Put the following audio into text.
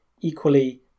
equally